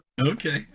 Okay